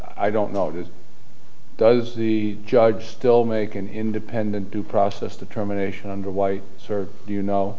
i don't know if it does the judge still make an independent due process determination under white sort of you know